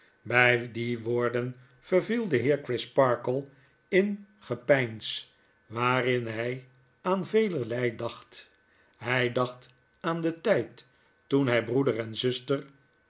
by die woorden verviel de heer crisparkle in srepeins waarin hy aan velerlei dacht hy dacht aan den tyd toen hy broeder en zuster